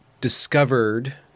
discovered